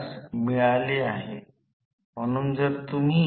याचा अर्थ हे r2 म्हणून लिहिले जाऊ शकते ' r2 सामान्य ते 1 s 1 असेल